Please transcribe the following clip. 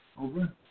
Over